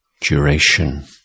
duration